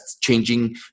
changing